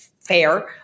fair